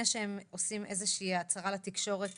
שהם עושים איזושהי הצהרה פומבית לתקשורת